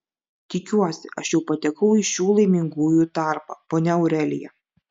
tikiuosi aš jau patekau į šių laimingųjų tarpą ponia aurelija